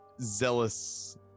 zealous